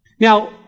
Now